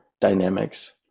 dynamics